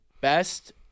best